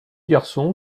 garçon